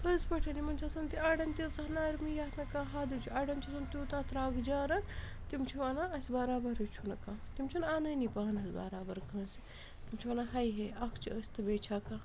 پٔزۍ پٲٹھۍ یِمَن چھِ آسان ییٚتہِ اَڑٮ۪ن تیٖژاہ نرمی یَتھ نہٕ کانٛہہ حدٕے چھُ اَڑٮ۪ن چھُ آسان تیوٗتاہ ترٛکجارَن تِم چھِ وَنان اَسہِ برابرٕے چھُنہٕ کانٛہہ تِم چھِنہٕ اَنٲنی پانس برابر کٲنٛسہِ تِم چھِ وَنان ہَے ہے اَکھ چھِ أسۍ تہٕ بیٚیہِ چھا کانٛہہ